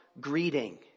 greeting